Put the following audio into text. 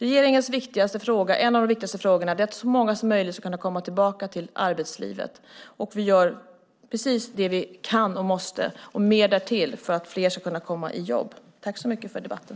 En av de viktigaste frågorna för regeringen är att se till att så många som möjligt ska kunna komma tillbaka till arbetslivet, och vi gör precis det vi kan och måste och mer därtill för att fler ska kunna komma i jobb. Tack så mycket för debatten!